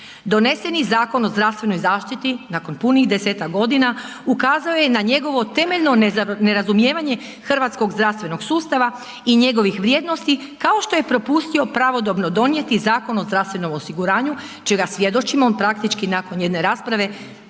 Doneseni Zakon o zdravstvenoj zaštiti nakon punih desetak godina ukazao je na njegovo temeljno nerazumijevanje hrvatskog zdravstvenog sustava i njegovih vrijednosti kao što je propustio pravodobno donijeti Zakon o zdravstvenom osiguranju čega svjedočimo. On praktički nakon jedne rasprave